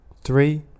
three